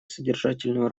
содержательную